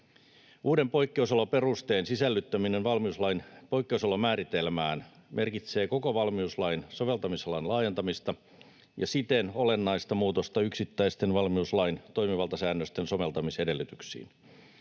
Uuden poikkeus-oloperusteen sisällyttäminen valmiuslain poikkeusolomääritelmään merkitsee koko valmiuslain soveltamisalan laajentamista ja siten olennaista muutosta yksittäisten valmiuslain toimivaltasäännösten soveltamisedellytyksiin.